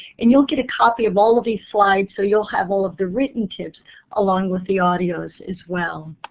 and you'll get a copy of all of these slides, so you'll have all of the written tips along with the audio as as well.